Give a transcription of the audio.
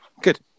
good